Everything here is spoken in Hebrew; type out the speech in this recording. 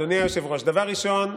דבר ראשון,